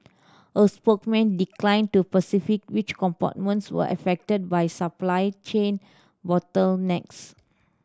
a spokesman declined to specify which components were affected by supply chain bottlenecks